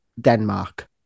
Denmark